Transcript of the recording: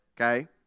okay